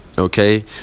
Okay